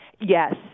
Yes